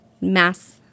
Mass